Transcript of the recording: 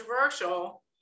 controversial